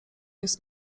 jest